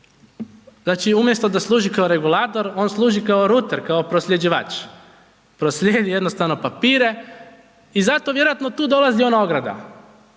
Znači umjesto da služi kao regulator, on služi kao ruter, kao prosljeđivač. Proslijedi jednostavno papire i zato vjerojatno tu dolazi ona ograda